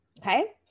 Okay